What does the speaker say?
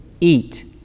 eat